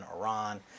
Iran